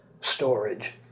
storage